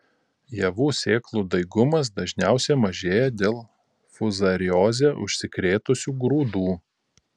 javų sėklų daigumas dažniausiai mažėja dėl fuzarioze užsikrėtusių grūdų